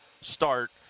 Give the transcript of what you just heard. Start